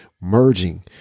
merging